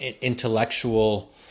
intellectual